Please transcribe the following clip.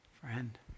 Friend